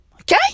Okay